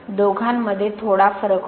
दोघांमध्ये थोडा फरक होता